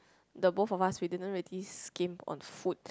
the both of us we didn't really skimp on food